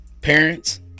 parents